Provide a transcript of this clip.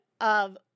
of-